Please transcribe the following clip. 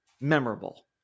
memorable